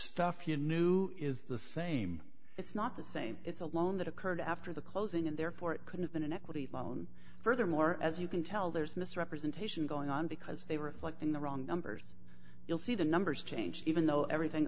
stuff you knew is the same it's not the same it's a loan that occurred after the closing and therefore it could have been an equity loan furthermore as you can tell there's misrepresentation going on because they were reflecting the wrong numbers you'll see the numbers change even though everything